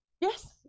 Yes